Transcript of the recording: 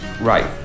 right